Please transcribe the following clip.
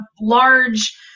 large